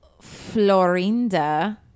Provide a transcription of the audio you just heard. Florinda